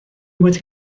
wedi